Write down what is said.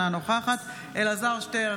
אינה נוכחת אלעזר שטרן,